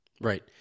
Right